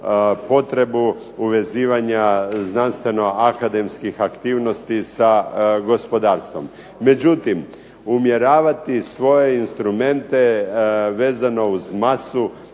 potrebu uvezivanja znanstveno-akademskih aktivnosti sa gospodarstvom. Međutim, umjeravati svoje instrumente vezano uz masu